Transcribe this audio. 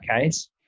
case